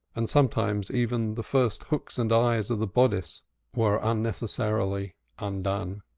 and sometimes even the first hooks and eyes of the bodice were unnecessarily undone.